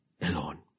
alone